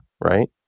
right